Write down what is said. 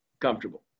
comfortable